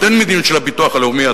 אין מדיניות של הביטוח הלאומי,